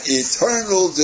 eternal